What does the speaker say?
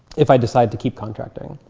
if i decide to keep contracting.